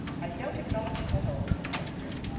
i don't acknowledge it at all, said the doctor.